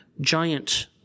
giant